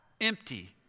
empty